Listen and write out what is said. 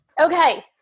Okay